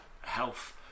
health